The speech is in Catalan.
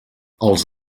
els